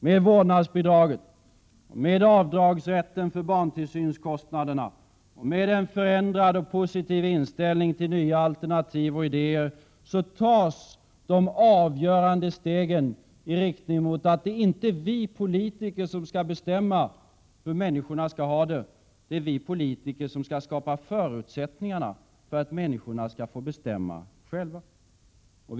Med vårdnadsbidraget, med avdragsrätten för barntillsynskostnader och med den förändrade och positiva inställningen till nya alternativ och idéer tas de avgörande stegen i riktning mot att det inte är vi politiker som skall bestämma hur människorna skall ha det, utan att det är vi politiker som skall skapa förutsättningar för att människor skall få bestämma själva.